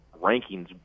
rankings